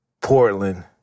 Portland